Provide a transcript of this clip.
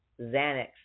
Xanax